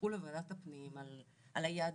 ידווחו לוועדת הפנים על היעדים,